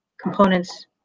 components